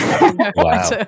wow